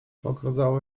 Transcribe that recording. okazało